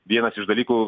vienas iš dalykų